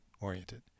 oriented